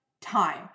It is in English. Time